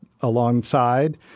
alongside